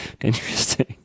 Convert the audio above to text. Interesting